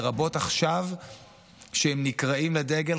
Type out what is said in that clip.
לרבות עכשיו שהם נקראים לדגל,